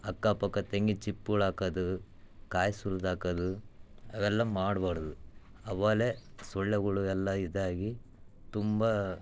ಅಕ್ಕಪಕ್ಕ ತೆಂಗಿನ ಚಿಪ್ಗಳು ಹಾಕೋದು ಕಾಯಿ ಸುಲ್ದಾಕೋದು ಅವೆಲ್ಲ ಮಾಡ್ಬಾರ್ದು ಅವಾಗ್ಲೇ ಸೊಳ್ಳೆಗಳು ಎಲ್ಲ ಇದಾಗಿ ತುಂಬ